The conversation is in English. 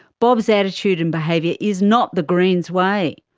bob's attitude and behaviour is not the greens' way.